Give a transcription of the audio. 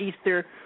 Easter